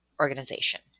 organization